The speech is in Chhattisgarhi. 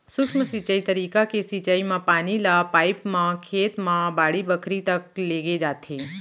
सूक्ष्म सिंचई तरीका के सिंचई म पानी ल पाइप म खेत म बाड़ी बखरी तक लेगे जाथे